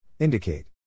Indicate